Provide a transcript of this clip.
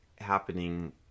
happening